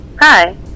Hi